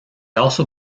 also